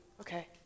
Okay